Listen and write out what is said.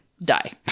die